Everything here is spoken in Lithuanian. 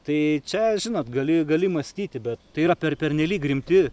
tai čia žinot gali gali mąstyti bet tai yra per pernelyg rimti